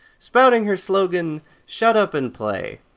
spouting her slogan shut up and play!